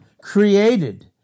created